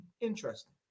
interesting